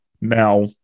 Now